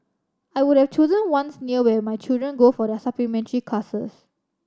I would have chosen ones near where my children go for their supplementary classes